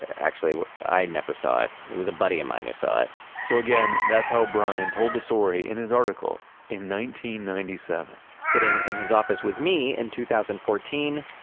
actually i never saw it. it was a buddy of mine who saw it so again, that's how brian told the story in his article in nineteen ninety-seven sitting in his office with me in two thousand and fourteen,